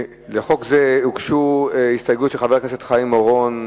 לחוק זה הוגשו הסתייגויות של חבר הכנסת חיים אורון,